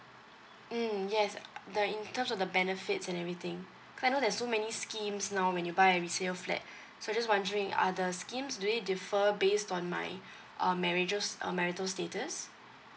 mm yes the in terms of the benefits and everything I know there's so many schemes now when you buy a resale flat so just wondering are the schemes really differ based on my um marriages um marital status